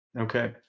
Okay